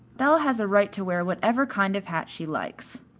belle has a right to wear whatever kind of hats she likes.